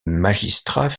magistrats